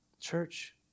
Church